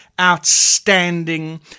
outstanding